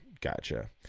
gotcha